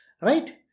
Right